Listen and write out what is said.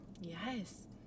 Yes